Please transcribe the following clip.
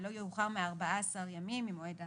ולא יאוחר מ-14 ימים ממועד ההחלטה.